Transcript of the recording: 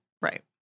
right